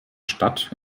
stadt